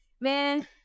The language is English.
man